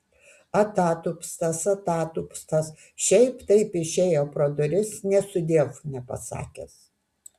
atatupstas atatupstas šiaip taip išėjo pro duris nė sudiev nepasakęs